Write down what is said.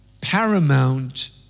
Paramount